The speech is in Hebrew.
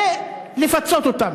ולפצות אותם.